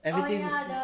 everything